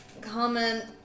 Comment